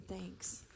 thanks